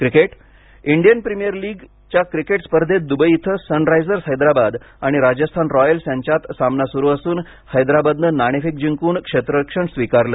I P L Indian premier लीगच्या cricket स्पर्धेत Dubai इथं सन रायझर्स हैद्राबाद आणि राजस्थान रॉयल्स यांच्यात सामना सुरु असून हैद्राबादनं नाणेफेक जिंकून क्षेत्ररक्षण स्वीकारलं